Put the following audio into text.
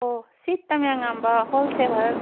ꯑꯣ ꯁꯤ ꯇꯪꯖꯦꯡꯉꯥꯟꯕ ꯍꯣꯜ ꯁꯦꯜꯂꯔ